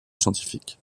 scientifiques